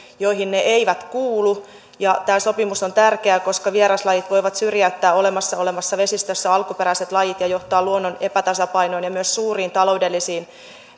joihin ne eivät kuulu tämä sopimus on tärkeä koska vieraslajit voivat syrjäyttää olemassa olevassa vesistössä alkuperäiset lajit ja johtaa luonnon epätasapainoon ja myös suuriin taloudellisiin